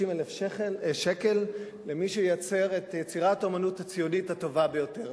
50,000 שקל למי שייצר את יצירת האמנות הציונית הטובה ביותר.